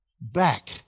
back